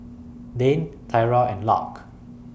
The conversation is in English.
Dane Tyra and Lark